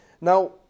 Now